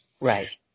Right